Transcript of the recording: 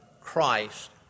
Christ